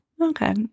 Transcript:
Okay